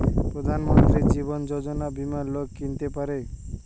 প্রধান মন্ত্রী জীবন যোজনা বীমা লোক কিনতে পারে